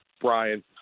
Brian